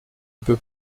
peut